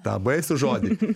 tą baisų žodį